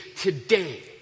today